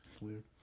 Weird